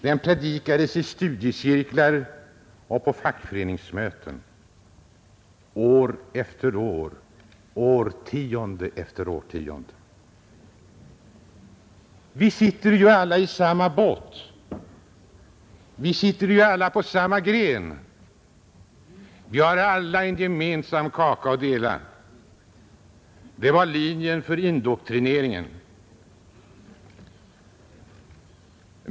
Den predikades i studiecirklar och på fackföreningsmöten år efter år, årtionde efter årtionde. Vi sitter ju alla i samma båt. Vi sitter alla på samma gren. Vi har alla en gemensam kaka att dela. Det var linjen för indoktrineringen.